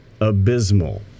abysmal